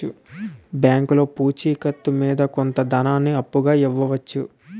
బ్యాంకులో పూచి కత్తు మీద కొంత ధనాన్ని అప్పుగా ఇవ్వవచ్చు